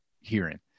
hearing